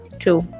true